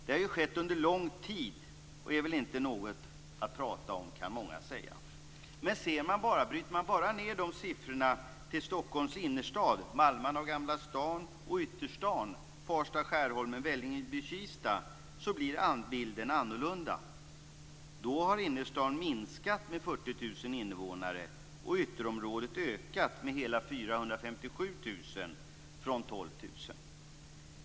Det har ju skett under lång tid och är väl inte något att prata om, kan många säga, men om man bryter ned siffrorna till att avse Stockholms innerstad, malmarna, Gamla stan och ytterstaden Farsta, Skärholmen, Vällingby och Kista blir bilden annorlunda. Då har innerstaden minskat med 40 000 invånare och ytterområdet ökat med hela 457 000 från 12 000 invånare.